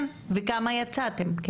כן, וכמה יצאתם.